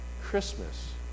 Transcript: Christmas